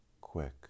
quick